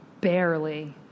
barely